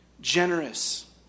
generous